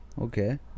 Okay